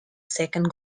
second